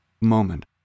moment